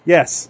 Yes